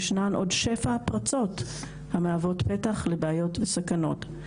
ישנן עוד שפע פרצות המהוות פתח לבעיות וסכנות.